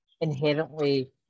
inherently